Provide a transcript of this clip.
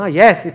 yes